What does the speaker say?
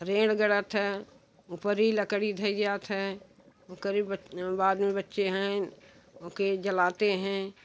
रेड़ गडत है उपरी लकड़ी धैया थय ओकरी बाद में बच्चे है उसको जलाते है